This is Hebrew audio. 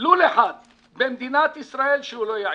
לול אחד במדינת ישראל שהוא לא יעיל.